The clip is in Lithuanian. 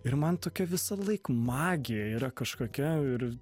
ir man tokia visąlaik magija yra kažkokia ir